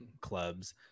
clubs